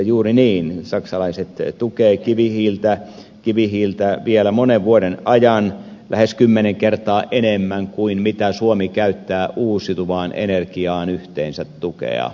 juuri niin saksalaiset tukevat kivihiiltä vielä monen vuoden ajan lähes kymmenen kertaa enemmän kuin suomi käyttää uusiutuvaan energiaan yhteensä tukea